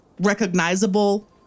recognizable